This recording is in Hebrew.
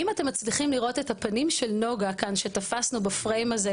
אם אתם מצליחים לראות את הפנים של נוגה כאן שתפסנו בפריים הזה,